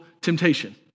temptation